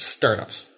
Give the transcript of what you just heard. startups